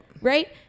Right